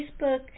Facebook